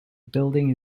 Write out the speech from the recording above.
building